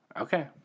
Okay